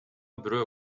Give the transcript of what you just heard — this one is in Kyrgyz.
бирөө